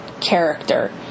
character